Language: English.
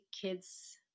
kids